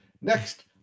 Next